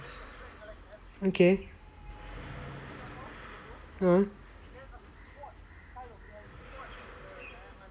okay (uh huh)